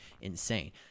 insane